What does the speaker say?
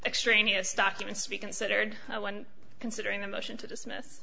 extraneous documents to be considered when considering a motion to dismiss